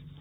Modi